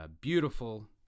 beautiful